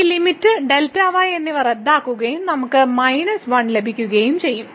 ഈ ലിമിറ്റ് ഈ Δy എന്നിവ റദ്ദാക്കുകയും നമ്മൾക്ക് മൈനസ് 1 ലഭിക്കും